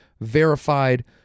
verified